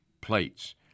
plates